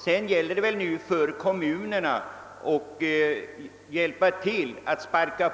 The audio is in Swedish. — Sedan gäller det för kommunerna att driva